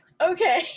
Okay